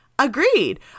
agreed